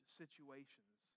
situations